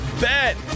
bet